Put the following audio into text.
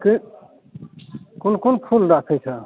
के कोन कोन फूल राखै छऽ